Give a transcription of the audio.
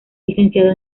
licenciado